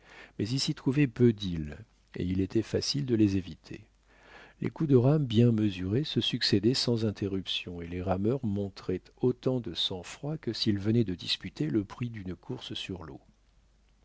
mais il s'y trouvait peu d'îles et il était facile de les éviter les coups de rames bien mesurés se succédaient sans interruption et les rameurs montraient autant de sang-froid que s'ils venaient de disputer le prix d'une course sur l'eau